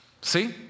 See